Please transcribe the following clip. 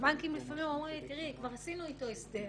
הבנקים לפעמים אומרים: תראי, כבר עשינו אתו הסדר